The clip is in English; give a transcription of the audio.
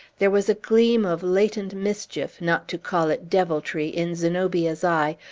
there was a gleam of latent mischief not to call it deviltry in zenobia's eye,